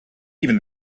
even